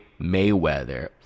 mayweather